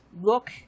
look